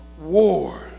war